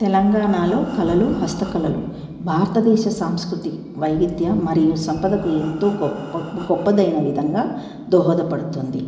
తెలంగాణలో కళలు హస్తకళలు భారతదేశ సాంస్కృతి వైవిధ్య మరియు సంపదకు ఎంతో గొప్ప గొప్పదైన విధంగా దోహోదపడుతుంది